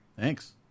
Thanks